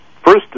first